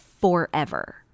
forever